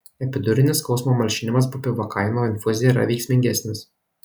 epidurinis skausmo malšinimas bupivakaino infuzija yra veiksmingesnis